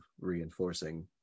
reinforcing